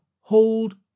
hold